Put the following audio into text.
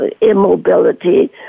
immobility